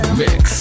mix